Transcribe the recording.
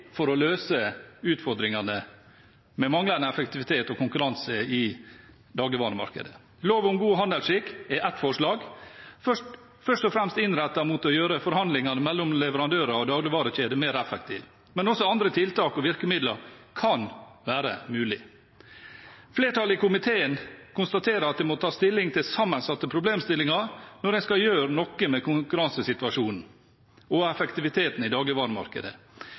for å løse utfordringene med manglende effektivitet og konkurranse i dagligvaremarkedet. Lov om god handelsskikk er ett forslag, først og fremst innrettet mot å gjøre forhandlingene mellom leverandører og dagligvarekjeder mer effektive. Men også andre tiltak og virkemidler kan være mulig. Flertallet i komiteen konstaterer at det må tas stilling til sammensatte problemstillinger når en skal gjøre noe med konkurransesituasjonen og effektiviteten i dagligvaremarkedet.